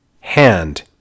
hand